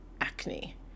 acne